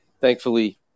thankfully